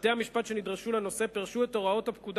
בתי-המשפט שנדרשו לנושא פירשו את הוראות הפקודה